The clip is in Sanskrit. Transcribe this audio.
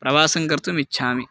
प्रवासं कर्तुमिच्छामि